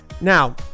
Now